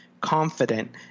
confident